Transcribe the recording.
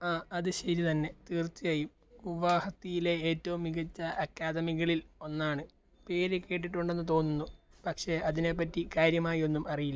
ആ അത് ശരി തന്നെ തീർച്ചയായും ഗുവാഹത്തിയിലെ ഏറ്റവും മികച്ച അക്കാദമികളിൽ ഒന്നാണ് പേര് കേട്ടിട്ടുണ്ടെന്ന് തോന്നുന്നു പക്ഷെ അതിനെപ്പറ്റി കാര്യമായൊന്നും അറിയില്ല